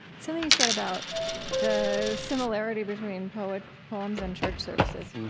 something you said about the similarity between poems poems and church services